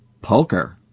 Poker